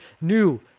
new